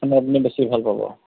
সেইখনত আপুনি বেছি ভাল পাব